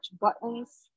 buttons